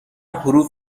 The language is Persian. حروف